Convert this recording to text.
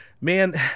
Man